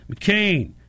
McCain